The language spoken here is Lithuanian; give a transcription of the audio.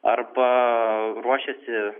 arba ruošiasi